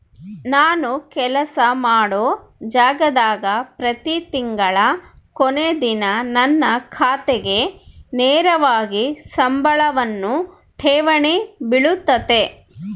ನಾನು ಕೆಲಸ ಮಾಡೊ ಜಾಗದಾಗ ಪ್ರತಿ ತಿಂಗಳ ಕೊನೆ ದಿನ ನನ್ನ ಖಾತೆಗೆ ನೇರವಾಗಿ ಸಂಬಳವನ್ನು ಠೇವಣಿ ಬಿಳುತತೆ